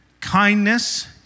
Kindness